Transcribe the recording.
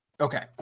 Okay